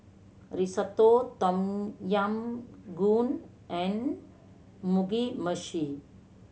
Risotto Tom Yam Goong and Mugi Meshi